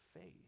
faith